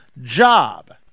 job